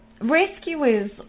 rescuers